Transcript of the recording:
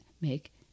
make